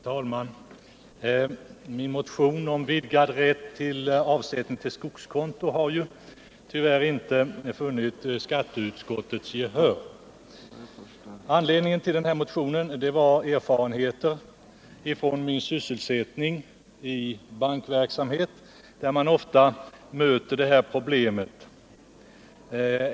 Herr talman! Min motion om vidgad rätt till avsättning på skogskonto har tyvärr inte vunnit skatteutskottets gehör. Anledning till motionen var erfarenheter från min sysselsättning i bankverksamhet, där man ofta möter det här problemet.